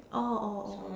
oh oh oh